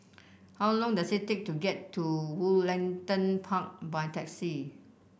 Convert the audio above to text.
how long does it take to get to Woollerton Park by taxi